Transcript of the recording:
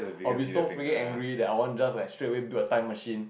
I will be so freaking angry that I want just like straightaway build a time machine